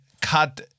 cut